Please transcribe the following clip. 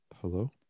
Hello